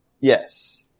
Yes